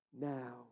now